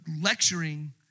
lecturing